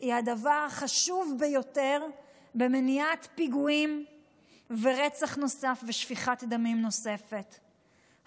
היא הדבר החשוב ביותר במניעת פיגועים ורצח נוסף ושפיכת דמים נוספת,